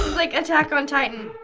like attack on titan.